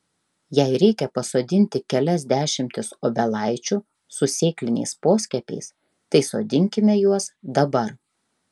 jei reikia pasodinti kelias dešimtis obelaičių su sėkliniais poskiepiais tai sodinkime juos dabar